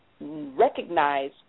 recognize